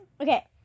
Okay